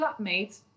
flatmates